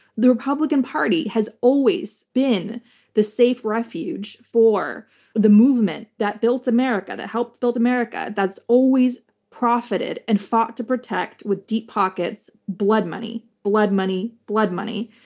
the republican party has always been the safe refuge for the movement that built america, that helped build america, that's always profited and fought to protect with deep pockets blood money, blood money, blood money.